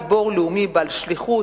גיבור לאומי בעל שליחות,